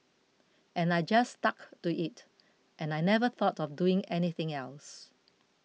and I just stuck to it and I never thought of doing anything else